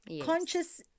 Conscious